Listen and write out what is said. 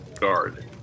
guard